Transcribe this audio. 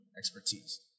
expertise